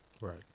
Right